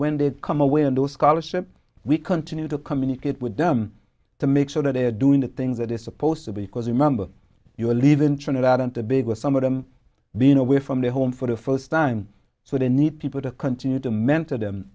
when they come away and do scholarship we continue to communicate with them to make sure that they are doing the things that is supposed to be causing a member of your lead in trinidad and tobago some of them being away from their home for the first time so they need people to continue to mentor them